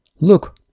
look